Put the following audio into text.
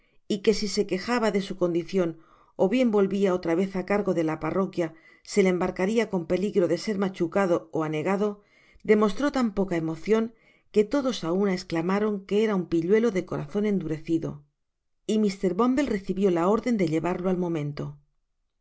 y que si se quejaba de su condicion ó bien volvia otra vez á cargo de la parroquia se le embarcaria con peligro de ser machucado ó anegado demostró tan poca emocion que todos á una esclamaron que era un pilludo de corazon endurecido y mr bumble recibió la orden de llevarlo al momento